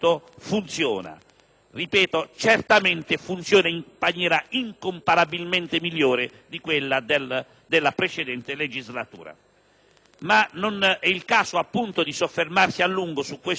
Ripeto, certamente funziona in maniera incomparabilmente migliore della precedente legislatura, ma non è il caso appunto di soffermarsi a lungo su questo terreno,